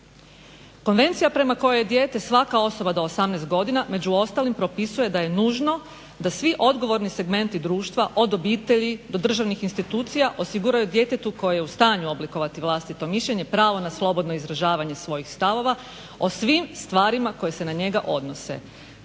Konvencija prema kojoj je dijete svaka osoba do 18 godina među ostalim propisuje da je nužno da svi odgovorni segmenti društva od obitelji do državnih institucija osiguranju djetetu koje je u stanju oblikovati vlastito mišljenje, pravo na slobodno izražavanje svojih stavova, o svim stvarima koje se na njega odnose.